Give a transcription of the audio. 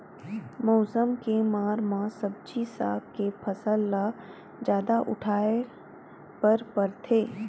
मउसम के मार म सब्जी साग के फसल ल जादा उठाए बर परथे